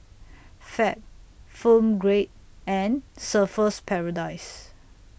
Fab Film Grade and Surfer's Paradise